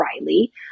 Riley